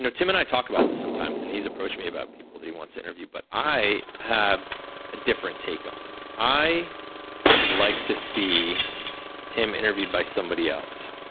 tim and i talked about this sometimes and he's approached me about people that he wants to interview, but i have a different take on it. i would like to see tim interviewed by somebody else.